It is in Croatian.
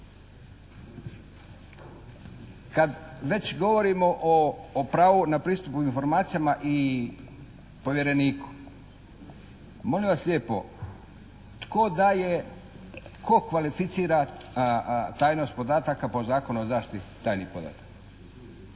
Kad već govorimo o pravu na pristup informacijama i povjereniku, molim vas lijepo tko daje, tko kvalificira tajnost podataka po Zakonu o zaštiti tajnih podataka?